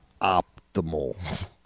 optimal